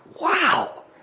Wow